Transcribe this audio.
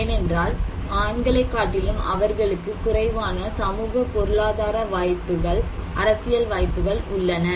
ஏனென்றால் ஆண்களைக் காட்டிலும் அவர்களுக்கு குறைவான சமூக பொருளாதார வாய்ப்புகள் அரசியல் வாய்ப்புகள் உள்ளன